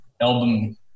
album